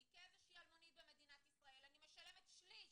כאיזושהי אלמונית במדינת ישראל אני משלמת שליש